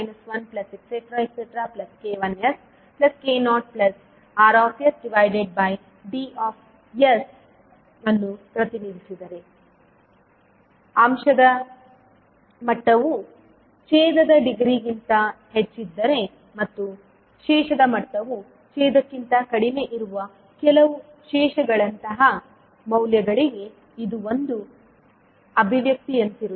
k1s k0RsDs ಅನ್ನು ಪ್ರತಿನಿಧಿಸಿದರೆ ಅಂಶದ ಮಟ್ಟವು ಛೇದದ ಡಿಗ್ರಿಗಿಂತ ಹೆಚ್ಚಿದ್ದರೆ ಮತ್ತು ಶೇಷದ ಮಟ್ಟವು ಛೇದಕ್ಕಿಂತ ಕಡಿಮೆ ಇರುವ ಕೆಲವು ಶೇಷಗಳಂತಹ ಮೌಲ್ಯಗಳಿಗೆ ಇದು ಒಂದು ಅಭಿವ್ಯಕ್ತಿಯಂತಿರುತ್ತದೆ